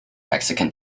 mexican